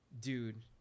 dude